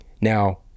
Now